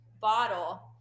bottle